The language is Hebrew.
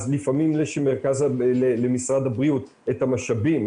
אז לפעמים יש למשרד הבריאות את המשאבים,